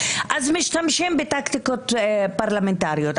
משתמשים בטקטיקות פרלמנטריות,